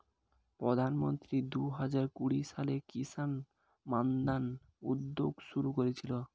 প্রধানমন্ত্রী দুহাজার কুড়ি সালে কিষান মান্ধান উদ্যোগ শুরু করেছিলেন